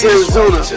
Arizona